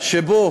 שבו